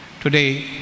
today